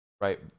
right